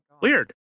Weird